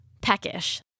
peckish